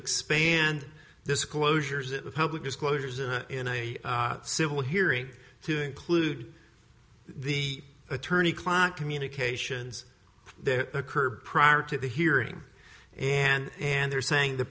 expand disclosures in the public disclosures and in a civil hearing to include the attorney client communications that occur prior to the hearing and and they're saying the